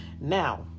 Now